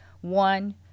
one